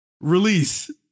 Release